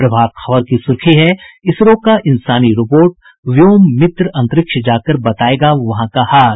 प्रभात खबर की सुर्खी है इसरो का इंसानी रोबोट व्योममित्र अंतरिक्ष जाकर बतायेगा वहां का हाल